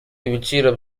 ibiciro